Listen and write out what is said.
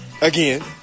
Again